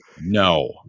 no